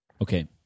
Okay